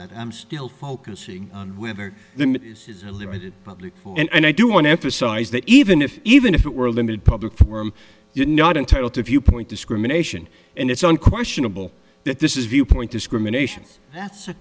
that i'm still focusing on whether the public and i do want to emphasize that even if even if it were limited public forum did not entitle to viewpoint discrimination and it's unquestionable that this is viewpoint discrimination that's